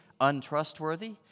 untrustworthy